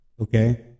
okay